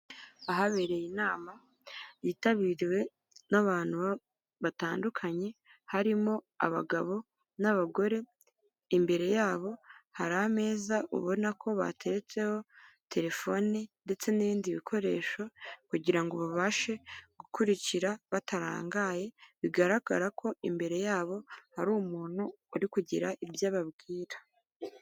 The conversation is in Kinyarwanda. Ahabereye inama yitabiriwe n'abantu batandukanye, harimo abagabo n'abagore, imbere yabo hari ameza ubona ko bateretseho telefoni ndetse n'ibindi bikoresho, kugira ngo babashe gukurikira batarangaye, bigaragara ko imbere yabo hari umuntu uri kugira ibyo ababwira.